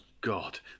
God